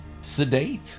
sedate